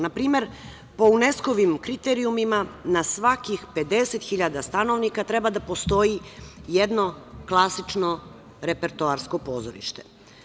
Na primer, po UNESKO kriterijumima na svakih 50.000 stanovnika treba da postoji jedno klasično repertoarsko pozorište.